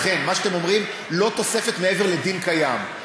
אכן, מה שאתם אומרים, לא תוספת מעבר לדין קיים.